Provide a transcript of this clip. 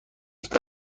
است